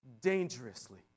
Dangerously